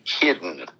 hidden